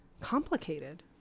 complicated